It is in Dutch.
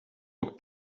ook